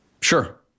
Sure